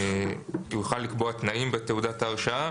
הוא יוכל לקבוע תנאים בתעודת ההרשאה,